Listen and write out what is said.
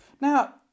Now